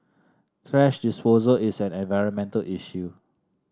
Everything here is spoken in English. thrash disposal is an environmental issue